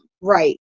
Right